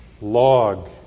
log